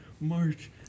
March